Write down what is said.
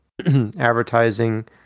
advertising